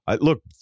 Look